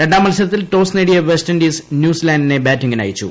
രണ്ടാം മത്സരത്തിൽ ടോസ് നേടിയ വെസ്റ്റ് ഇൻഡീസ് ന്യൂസ് ലാന്റിനെ ബാറ്റിംഗിന് അയച്ചു